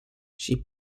she